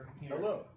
Hello